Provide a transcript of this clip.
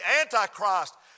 Antichrist